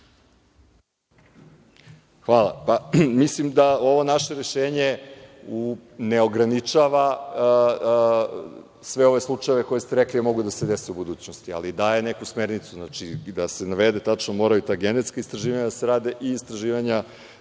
Hvala. Mislim da ovo naše rešenje neograničava sve ove slučajeve koje ste rekli da mogu da se dese u budućnosti, ali daje neku smernicu. Znači, da se navede tačno, moraju i ta genetska istraživanja da se rade i istraživanja